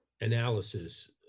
Analysis